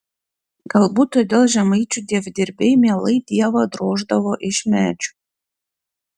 galbūt todėl žemaičių dievdirbiai mielai dievą droždavo iš medžio